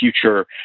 future